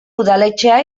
udaletxea